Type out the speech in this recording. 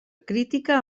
crítica